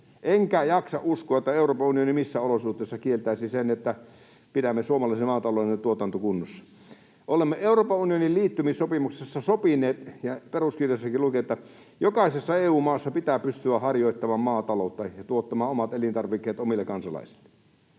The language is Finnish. enkä jaksa uskoa, että Euroopan unioni missään olosuhteissa kieltäisi sen, että pidämme suomalaisen maatalouden tuotantoa kunnossa. Olemme Euroopan unionin liittymissopimuksessa sopineet ja peruskirjassakin lukee, että jokaisessa EU-maassa pitää pystyä harjoittamaan maataloutta ja tuottamaan omat elintarvikkeet omille kansalaisilleen.